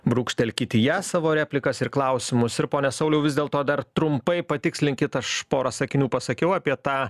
brūkštelkit į ją savo replikas ir klausimus ir pone sauliau vis dėlto dar trumpai patikslinkit aš porą sakinių pasakiau apie tą